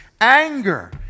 anger